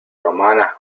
romanas